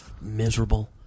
miserable